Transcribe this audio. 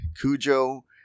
Cujo